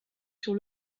sur